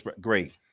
great